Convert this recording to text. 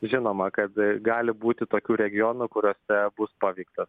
žinoma kad gali būti tokių regionų kuriuose bus paveiktas